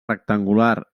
rectangular